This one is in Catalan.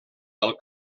del